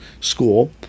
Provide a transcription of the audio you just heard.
school